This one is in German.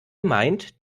meint